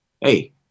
Hey